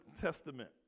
testament